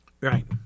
Right